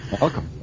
welcome